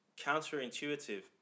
counterintuitive